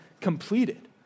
completed